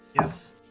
Yes